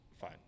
Fine